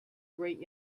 great